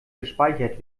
gespeichert